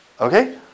Okay